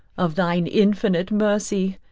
of thine infinite mercy,